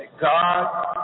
God